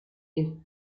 ist